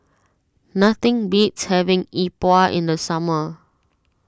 nothing beats having Yi Bua in the summer